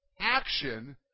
action